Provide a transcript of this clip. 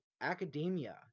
academia